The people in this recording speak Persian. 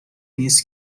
نیست